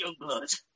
Youngblood